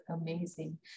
amazing